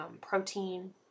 protein